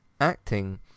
acting